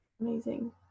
amazing